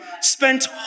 spent